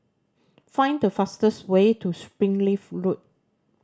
find the fastest way to Springleaf Road